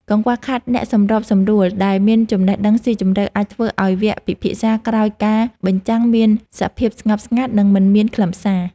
កង្វះខាតអ្នកសម្របសម្រួលដែលមានចំណេះដឹងស៊ីជម្រៅ អាចធ្វើឱ្យវគ្គពិភាក្សាក្រោយការបញ្ចាំងមានសភាពស្ងប់ស្ងាត់ និងមិនមានខ្លឹមសារ។